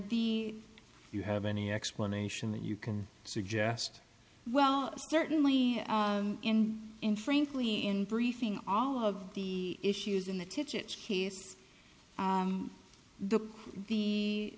the you have any explanation that you can suggest well certainly in frankly in briefing all of the issues in the tippit case the the